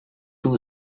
two